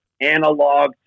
analog